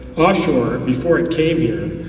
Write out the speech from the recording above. offshore, before it came here,